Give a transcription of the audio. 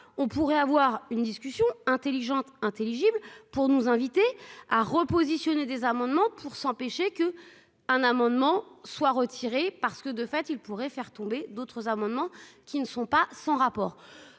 on pourrait avoir une discussion intelligente intelligible pour nous inviter à repositionner des amendements pour s'empêcher que un amendement soit retiré parce que de fait, il pourrait faire tomber d'autres amendements qui ne sont pas sans rapport